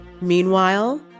Meanwhile